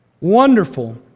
wonderful